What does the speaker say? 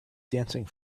dancing